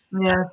Yes